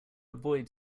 avoid